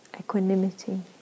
equanimity